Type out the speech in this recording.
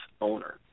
owner